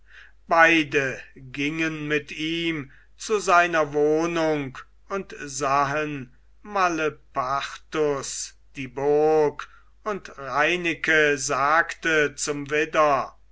beide gingen mit ihm zu seiner wohnung und sahen malepartus die burg und reineke sagte zum widder